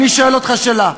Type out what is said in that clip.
אני שואל אותך שאלה.